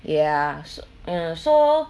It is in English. ya so mm so